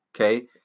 Okay